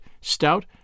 stout